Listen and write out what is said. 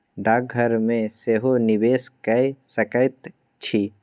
डाकघर मे सेहो निवेश कए सकैत छी